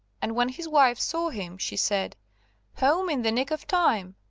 and when his wife saw him she said home in the nick of time.